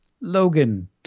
Logan